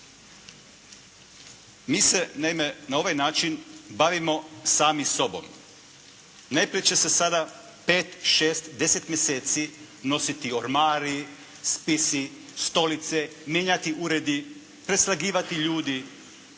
naime na ovaj način bavimo sami sobom. Najprije će se sada pet, šest, deset mjeseci nositi ormari, spisi, stolice, mijenjati uredi, preslagivati ljudi